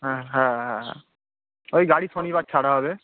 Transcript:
হ্যাঁ হ্যাঁ হ্যাঁ ওই গাড়ি শনিবার ছাড়া হবে